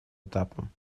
этапом